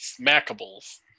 Smackables